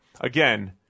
Again